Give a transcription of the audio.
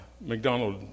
McDonald